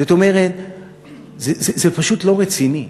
זאת אומרת, זה פשוט לא רציני.